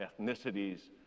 ethnicities